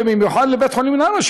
ובמיוחד לבית-החולים נהריה,